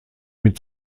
mit